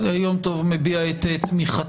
אז חבר הכנסת כלפון מביע את תמיכתו.